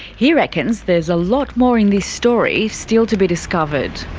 he reckons there's a lot more in this story still to be discovered.